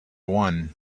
one